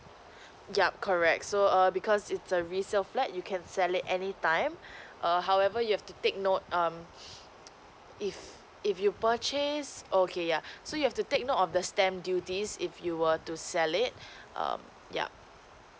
yup correct so err because it's a resale flat you can sell it any time err however you have to take note um if if you purchase okay yeah so you have to take note of the stamp duties if you were to sell it um yup